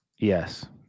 Yes